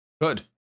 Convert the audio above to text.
Good